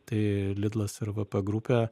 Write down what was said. tai lidas ir vp grupė